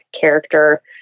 character